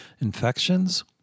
infections